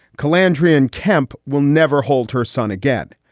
calandra and kemp will never hold her son again.